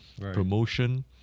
promotion